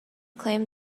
claim